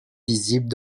visibles